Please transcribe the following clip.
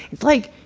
it's like,